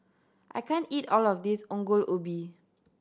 I can't eat all of this Ongol Ubi